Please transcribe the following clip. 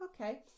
okay